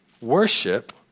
worship